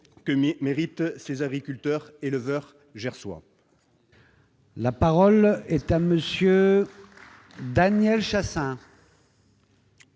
que méritent ces agriculteurs éleveurs gersois. La parole est à M. Daniel Chasseing,